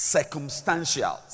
Circumstantial